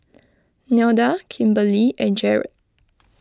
Nelda Kimberlie and Jerrad